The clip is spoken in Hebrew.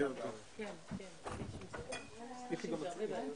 נושא הישיבה להיום: